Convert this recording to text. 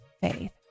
faith